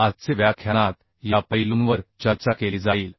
आजचे व्याख्यानात या पैलूंवर चर्चा केली जाईल